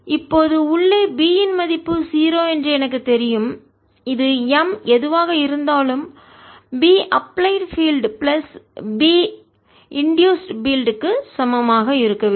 இப்போது உள்ளே B ன் மதிப்பு 0 என்று எனக்குத் தெரியும் இது M எதுவாக இருந்தாலும் B applied field plus B இன்டூசுடுதூண்டுதல் பீல்டு க்கு சமமாக இருக்க வேண்டும்